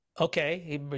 Okay